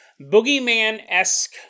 boogeyman-esque